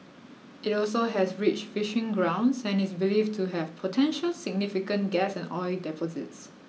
it also has rich fishing grounds and is believed to have potentially significant gas and oil deposits